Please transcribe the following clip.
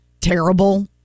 terrible